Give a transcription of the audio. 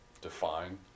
define